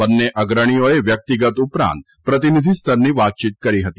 બંને અગ્રણીઓએ વ્યકિતગત ઉપરાંત પ્રતિનિધિસ્તરની વાતચીત કરી હતી